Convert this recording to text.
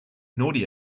naughty